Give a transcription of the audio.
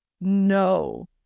no